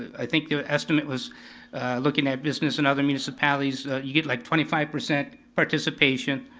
i think the estimate was looking at business and other municipalities. you get like twenty five percent participation.